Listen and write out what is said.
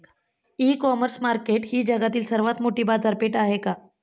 इ commerce market ही जगातील सर्वात मोठी बाजारपेठ आहे का?